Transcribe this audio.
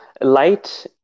light